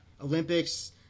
Olympics